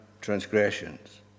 transgressions